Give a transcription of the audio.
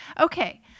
Okay